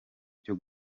cyo